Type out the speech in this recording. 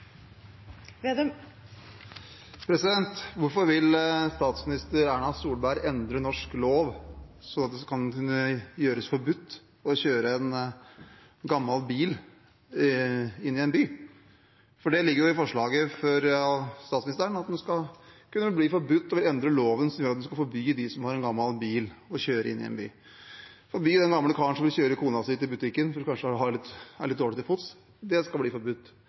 Hvorfor vil statsminister Erna Solberg endre norsk lov sånn at det skal bli forbudt å kjøre en gammel bil inn i en by? For det ligger jo i forslaget fra statsministeren at det skal kunne bli forbudt. En vil endre loven og forby dem som har en gammel bil, å kjøre inn i en by – forby den gamle karen som vil kjøre kona si til butikken fordi hun kanskje er litt dårlig til